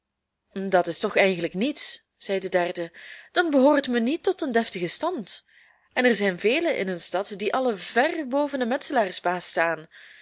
dat is toch eigenlijk niets zei de derde dan behoort men toch niet tot den deftigen stand en er zijn velen in een stad die allen ver boven een metselaarsbaas staan